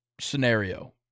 scenario